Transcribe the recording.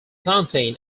contain